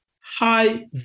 high